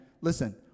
listen